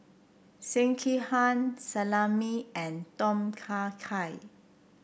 Sekihan Salami and Tom Kha Gai